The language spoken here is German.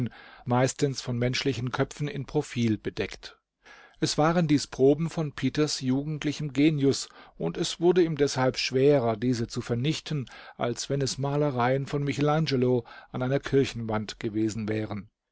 meistens von menschlichen köpfen in profil bedeckt es waren dies proben von peter's jugendlichem genius und es wurde ihm deshalb schwerer diese zu vernichten als wenn es malereien von michel angelo an einer kirchenwand gewesen wären